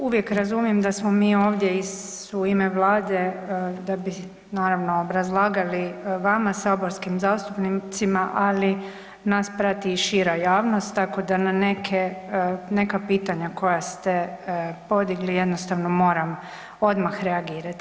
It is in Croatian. Uvijek razumijem da smo mi ovdje u ime Vlade da bi naravno obrazlagali vama saborskim zastupnicima, ali nas prati i šira javnost tako da na neka pitanja koja ste podigli jednostavno moram odmah reagirati.